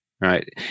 right